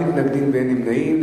אין מתנגדים ואין נמנעים.